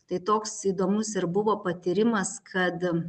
tai toks įdomus ir buvo patyrimas kad